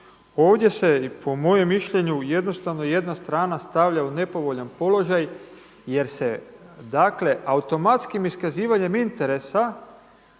Ovdje se po mojem mišljenju jednostavno jedna strana stavlja u nepovoljan položaj jer se automatskim iskazivanjem interesa